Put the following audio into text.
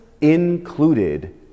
included